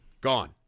Gone